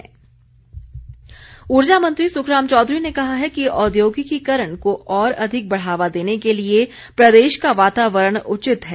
सुखराम उर्जा मंत्री सुखराम चौधरी ने कहा है कि औद्योगिकीकरण को और अधिक बढ़ावा देने के लिए प्रदेश का वातावरण उचित है